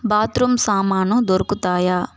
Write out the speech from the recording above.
bathroom సామాను దొరుకుతాయా